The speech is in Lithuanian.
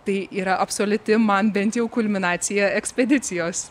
tai yra absoliuti man bent jau kulminacija ekspedicijos